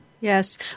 Yes